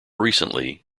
recently